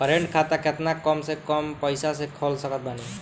Current खाता केतना कम से कम पईसा से खोल सकत बानी?